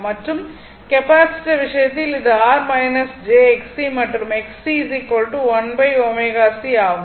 மற்றும் கெப்பாசிட்டர் விஷயத்தில் இது R j Xc மற்றும் Xc 1ω c ஆகும்